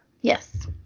Yes